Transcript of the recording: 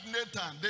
Nathan